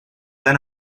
dan